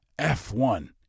F1